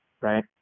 right